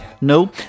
No